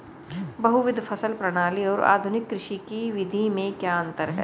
बहुविध फसल प्रणाली और आधुनिक कृषि की विधि में क्या अंतर है?